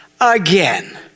Again